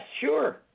sure